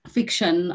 Fiction